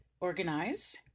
Organize